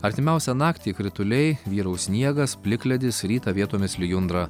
artimiausią naktį krituliai vyraus sniegas plikledis rytą vietomis lijundra